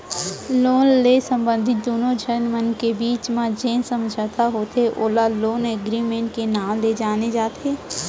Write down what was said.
loan ले संबंधित दुनो झन मन के बीच म जेन समझौता होथे ओला लोन एगरिमेंट के नांव ले जाने जाथे